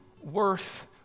worth